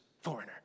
Foreigner